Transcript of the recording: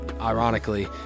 ironically